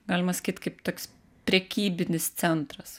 galima sakyt kaip toks prekybinis centras